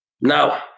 Now